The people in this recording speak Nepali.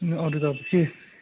अरू त अब के